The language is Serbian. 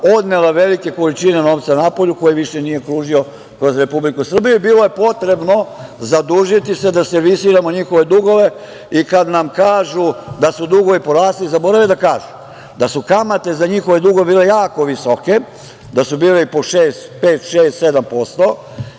odnela velike količine novca napolju, koji više nije kružio kroz Republiku Srbiju i bilo je potrebno zadužiti se, da servisiramo njihove dugove i kada nam kažu da su dugovi porasli, zaborave da kažu da su kamate za njihove dugove bile jako visoke, da su bile i po 5%, 6%, 7%